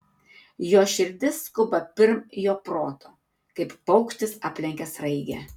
jo širdis skuba pirm jo proto kaip paukštis aplenkia sraigę